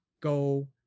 go